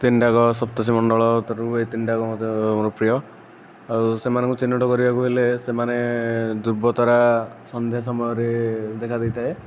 ତିନିଟାକ ସପ୍ତର୍ଷିମଣ୍ଡଳ ଭିତରୁ ଏହି ତିନୋଟି ଯାକ ମୋତେ ମୋର ପ୍ରିୟ ଆଉ ସେମାନଙ୍କୁ ଚିହ୍ନଟ କରିବାକୁ ହେଲେ ସେମାନେ ଧ୍ରୁବତାରା ସନ୍ଧ୍ୟା ସମୟରେ ଦେଖାଦେଇଥାଏ